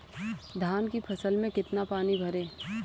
धान की फसल में कितना पानी भरें?